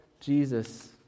Jesus